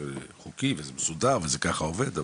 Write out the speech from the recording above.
זה חוקי ומסודר וככה עובד,